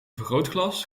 vergrootglas